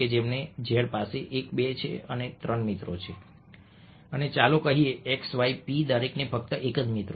જેમ કે z પાસે 1 2 અને 3 મિત્રો છે અને ચાલો કહીએ કે x y p દરેકને ફક્ત એક જ મિત્રો છે